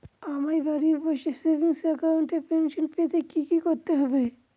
আমায় বাড়ি বসে সেভিংস অ্যাকাউন্টে পেনশন পেতে কি কি করতে হবে?